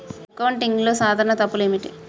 అకౌంటింగ్లో సాధారణ తప్పులు ఏమిటి?